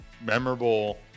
memorable